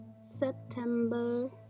September